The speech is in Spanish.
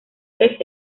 vez